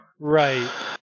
Right